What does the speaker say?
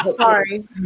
Sorry